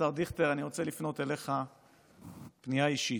השר דיכטר, אני רוצה לפנות אליך בפנייה אישית,